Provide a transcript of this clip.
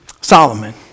Solomon